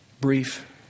Brief